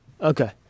Okay